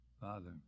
Father